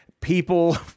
People